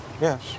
Yes